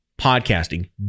podcasting